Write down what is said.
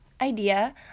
idea